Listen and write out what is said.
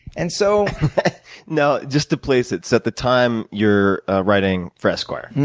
and so now just to place it, so at the time you're writing for esquire?